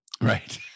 Right